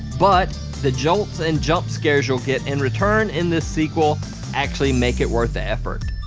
but the jolts and jump scares you'll get in return in this sequel actually make it worth the effort.